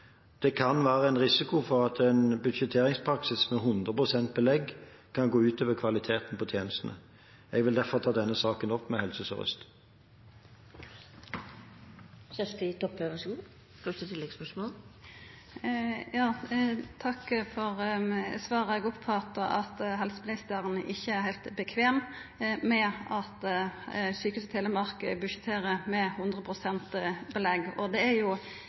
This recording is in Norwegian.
Det kan være en risiko for at en budsjetteringspraksis med 100 pst. belegg kan gå utover kvaliteten på tjenestene. Jeg vil derfor ta denne saken opp med Helse Sør-Øst. Eg takkar for svaret. Eg oppfattar at helseministeren ikkje er heilt komfortabel med at Sjukehuset Telemark budsjetterer med 100 pst. belegg. Det er jo